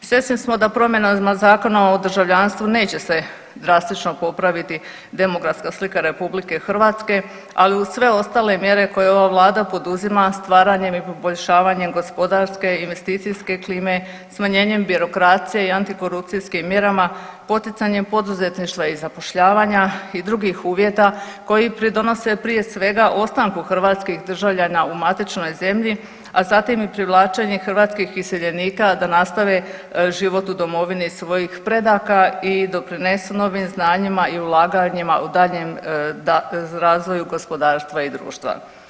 Svjesni smo da promjenama Zakona o državljanstvu neće se drastično popraviti demografska slika RH, ali uz sve ostale mjere koje ova vlada poduzima stvaranjem i poboljšavanjem gospodarske, investicijske klime, smanjenjem birokracije i antikorupcijskim mjerama, poticanjem poduzetništva i zapošljavanja i drugih uvjeta koji pridonose prije svega ostanku hrvatskih državljana u matičnoj zemlji, a zatim i privlačenje hrvatskih iseljenika da nastave život u domovini svojih predaka i doprinesu novim znanjima i ulaganjima u daljnjem razvoju gospodarstva i društva.